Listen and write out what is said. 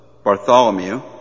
Bartholomew